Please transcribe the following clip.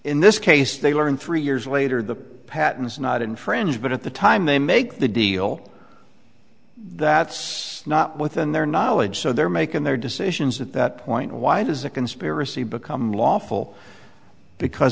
in this case they learned three years later the patents not infringed but at the time they make the deal that's not within their knowledge so they're making their decisions at that point why does a conspiracy become lawful because